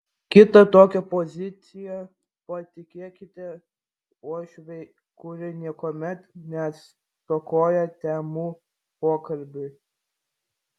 kitą tokią poziciją patikėkite uošvei kuri niekuomet nestokoja temų pokalbiui